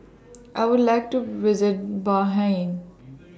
I Would like to visit Bahrain